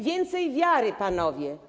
Więcej wiary, panowie.